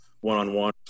one-on-one